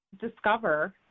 discover